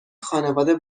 خانواده